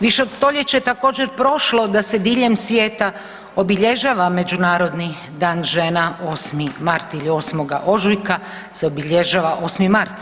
Više od stoljeća je također prošlo da se diljem svijeta obilježava Međunarodno dan žena 8. mart ili 8. ožujka se obilježava 8. mart.